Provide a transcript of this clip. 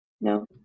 No